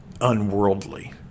unworldly